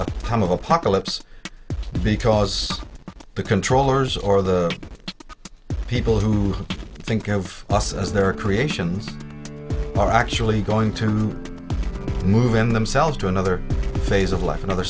e of apocalypse because the controllers or the people who think of us as their creations are actually going to move in themselves to another phase of life another